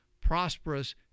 prosperous